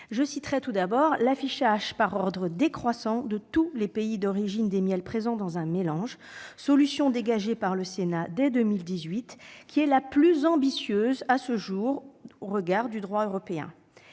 Je citerai l'affichage par ordre décroissant de tous les pays d'origine des miels présents dans un mélange, solution dégagée par le Sénat dès 2018, la plus ambitieuse à ce jour au regard du droit européen,